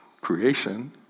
creation